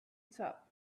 top